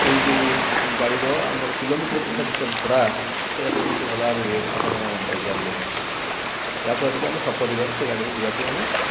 ସେହି ଯେଉଁ ଗାଡ଼ିର ଆମର କିଲୋମିଟର ପିଛା କେତେ ଭଡ଼ା ସେଇଟା ଟିକିଏ ମୋତେ ଭଲଭାବରେ ଆପଣ କହିଥାନ୍ତେ ଯାହାଫଳରେ କି ଆମ ସପରିବାର ସେ ଗାଡ଼ିରେ ଯିବା ପାଇଁ ଆମେ